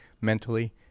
mentally